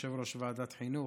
ליושב-ראש ועדת חינוך,